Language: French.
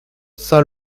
saint